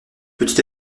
petit